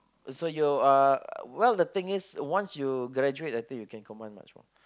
uh and so you are well the thing is once you graduate I think you can command much more